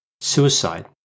suicide